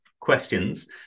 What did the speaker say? questions